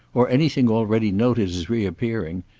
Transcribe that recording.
or anything already noted as reappearing,